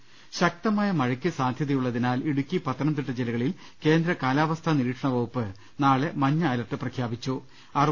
് ശക്തമായ മഴയ്ക്ക് സാധ്യതയുള്ളതിനാൽ ഇടുക്കി പത്തനംതിട്ട ജില്ല കളിൽ കേന്ദ്ര കാലാവസ്ഥാനിരീക്ഷണ വകുപ്പ് നാളെ മഞ്ഞ അലർട്ട് പ്രഖ്യാപിച്ചു